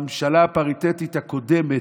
בממשלה הפריטטית הקודמת,